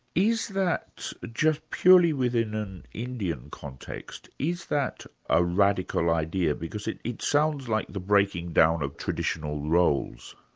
is that just purely within an indian context, is that a radical idea? because it it sounds like the breaking-down of traditional roles.